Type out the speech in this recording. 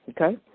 Okay